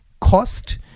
cost